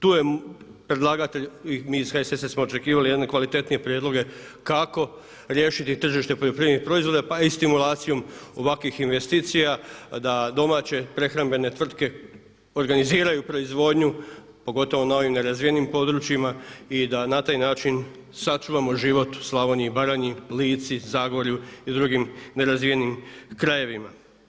Tu je predlagatelj i mi iz HSS-a smo očekivali jedne kvalitetnije prijedloge kako riješiti tržište poljoprivrednih proizvoda pa i stimulacijom ovakvih investicija da domaće prehrambene tvrtke organiziraju proizvodnju pogotovo na ovim nerazvijenim područjima i da na taj način sačuvamo život u Slavoniji i Baranji, Lici, Zagorju i drugim nerazvijenim krajevima.